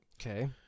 Okay